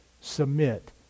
submit